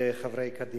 חברי קדימה.